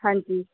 ਹਾਂਜੀ